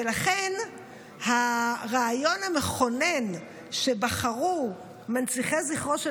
ולכן הרעיון המכונן שבחרו מנציחי זכרו של